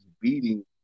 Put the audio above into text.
beating